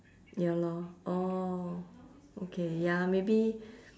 ya lor orh okay ya maybe